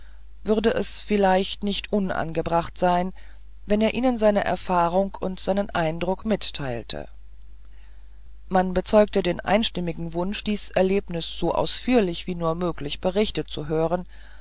würde es vielleicht nicht unangebracht sein wenn er ihnen seine erfahrung und seinen eindruck mitteilte man bezeugte einstimmig den wunsch dies erlebnis so ausführlich wie nur möglich berichtet zu hören